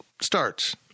Starts